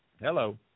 Hello